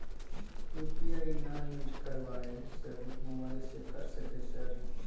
UPI ना use करवाएं sir mobile से कर सके सर?